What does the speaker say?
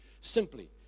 simply